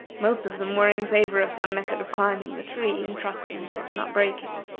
most of them were in favor of some method of climbing the tree and trusting to its not breaking.